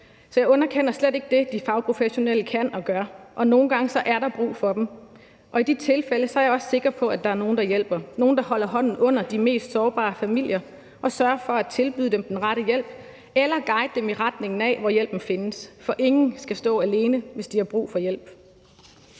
Så jeg underkender slet ikke det, de fagprofessionelle kan og gør. Og nogle gange er der brug for dem, og i de tilfælde er jeg også sikker på at der er nogle, der hjælper, nogle, der holder hånden under de mest sårbare familier og sørger for at tilbyde dem den rette hjælp eller guide dem i retning af, hvor hjælpen findes. For ingen skal stå alene, hvis de har brug for hjælp.